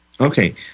Okay